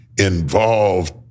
involved